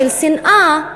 של שנאה,